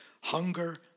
hunger